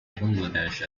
bangladesh